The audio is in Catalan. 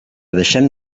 deixem